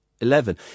eleven